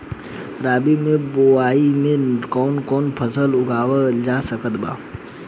रबी के बोआई मे कौन कौन फसल उगावल जा सकत बा?